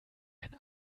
ein